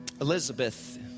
Elizabeth